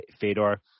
Fedor